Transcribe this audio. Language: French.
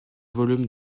volume